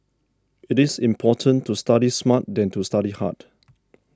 it is important to study smart than to study hard